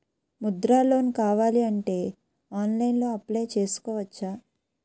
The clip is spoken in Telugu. ముద్రా లోన్ కావాలి అంటే ఆన్లైన్లో అప్లయ్ చేసుకోవచ్చా?